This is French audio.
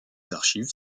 archives